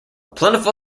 plentiful